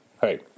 hey